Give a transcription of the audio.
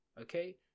Okay